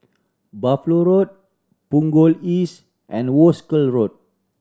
Buffalo Road Punggol East and Wolskel Road